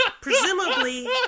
Presumably